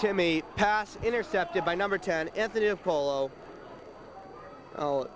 to me pass intercepted by number